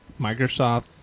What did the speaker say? Microsoft